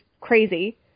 crazy